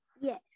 Yes